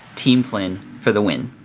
team flynn for the win.